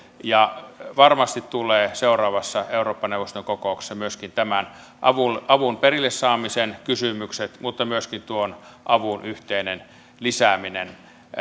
ja varmasti tulevat seuraavassa eurooppa neuvoston kokouksessa myöskin tämän avun avun perille saamisen kysymykset mutta myöskin tuon avun yhteinen lisääminen